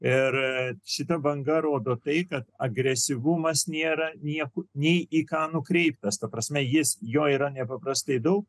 ir šita banga rodo tai kad agresyvumas nėra nieko nei į ką nukreipęs ta prasme jis jo yra nepaprastai daug